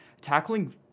tackling